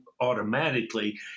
automatically